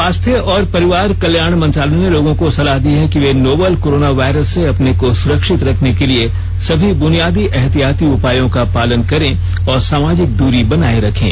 स्वास्थ्य और परिवार कल्याण मंत्रालय ने लोगों को सलाह दी है कि वे नोवल कोरोना वायरस से अपने को सुरक्षित रखने के लिए सभी बुनियादी एहतियाती उपायों का पालन करें और सामाजिक दूरी बनाए रखें